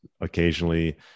occasionally